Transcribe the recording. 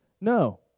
No